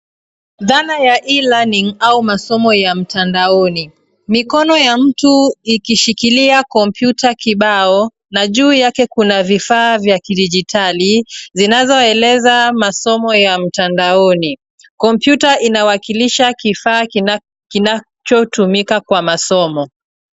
Dhana ya e-learning au masomo ya mtandaoni. Mikono ya mtu ikishikilia kompyuta kibao na juu yake kuna vifaa vya kidijitali zinazoeleza masomo ya mtandaoni. Kompyuta inawakilisha kifaa kinachotumika kwa masomo.